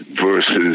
versus